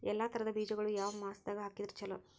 ಎಲ್ಲಾ ತರದ ಬೇಜಗೊಳು ಯಾವ ಮಾಸದಾಗ್ ಹಾಕಿದ್ರ ಛಲೋ?